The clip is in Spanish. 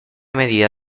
medida